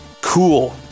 cool